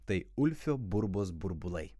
tai ulfio burbos burbulai